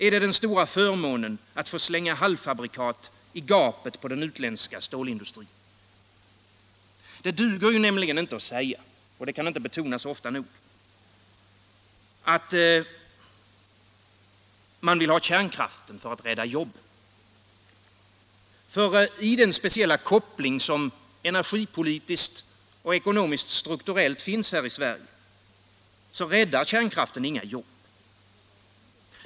Är det den stora förmånen att få slänga halvfabrikat i gapet på den utländska stålindustrin? Det duger nämligen inte att säga — och det kan inte betonas ofta nog = att man vill ha kärnkraften för att rädda jobben. Med den speciella koppling som energipolitiskt och ekonomiskt-strukturellt finns här i Sverige räddar kärnkraften inga jobb.